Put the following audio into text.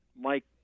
Mike